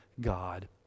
God